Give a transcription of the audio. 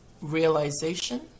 realization